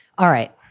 all right.